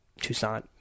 Toussaint